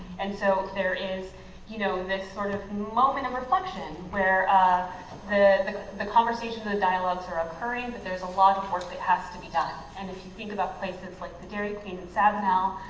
and so there is you know this sort of moment of reflection where ah the the conversation the dialogues are occurring. but there's a lot of work that has to be done. and if you think about places like the dairy queen in sabinal,